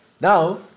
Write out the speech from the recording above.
Now